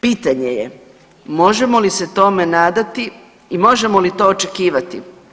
Pitanje je, možemo li se tome nadati i možemo li to očekivati?